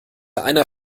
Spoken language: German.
einer